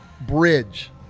bridge